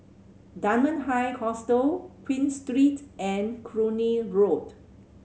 Dunman High Hostel Queen Street and Cluny Road